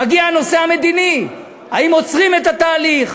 מגיע הנושא המדיני: האם עוצרים את התהליך?